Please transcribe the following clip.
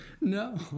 no